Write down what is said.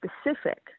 specific